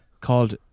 called